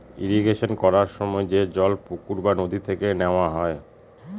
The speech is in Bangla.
ইরিগেশন করার সময় যে জল পুকুর বা নদী থেকে নেওয়া হয়